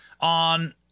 on